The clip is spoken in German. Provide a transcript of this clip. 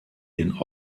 den